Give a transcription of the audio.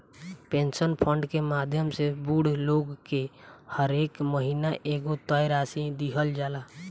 pension fund के माध्यम से बूढ़ लोग के हरेक महीना एगो तय राशि दीहल जाला